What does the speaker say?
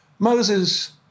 Moses